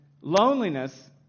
loneliness